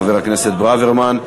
חבר הכנסת ברוורמן.